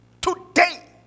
Today